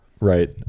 Right